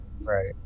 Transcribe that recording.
Right